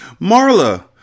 Marla